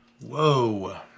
Whoa